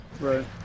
Right